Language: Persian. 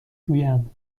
گویم